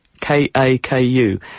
K-A-K-U